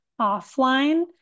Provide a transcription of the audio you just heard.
offline